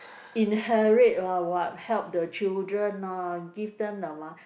inherit ah what help the children ah give them the mo~